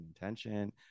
intention